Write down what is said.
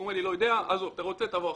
הוא אומר לי, לא יודע, אתה רוצה, תבוא עכשיו.